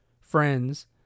friends